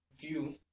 view